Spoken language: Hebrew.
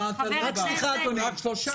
רק שלושה